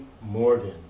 Morgan